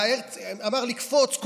אמר לקפוץ,